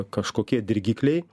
kažkokie dirgikliai